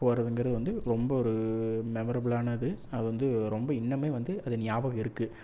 போறதுங்கிறது வந்து ரொம்ப ஒரு மெமரபுல் ஆனது அது வந்து ரொம்ப இன்னமுமே அது நியாபகம் இருக்கு